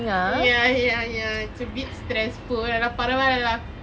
ya ya ya it's a bit stressful ஆனால் பரவாலே: aanal paravale lah